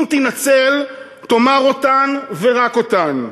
אם תינצל, תאמר אותן ורק אותן.